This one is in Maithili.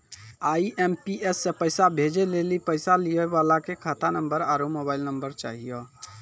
आई.एम.पी.एस से पैसा भेजै लेली पैसा लिये वाला के खाता नंबर आरू मोबाइल नम्बर चाहियो